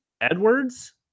Edwards